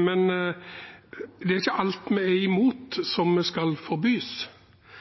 men det er ikke alt vi er imot, som skal forbys.